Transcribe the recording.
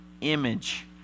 image